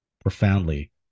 profoundly